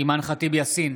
אימאן ח'טיב יאסין,